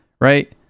right